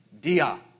dia